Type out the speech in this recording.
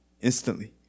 instantly